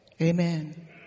Amen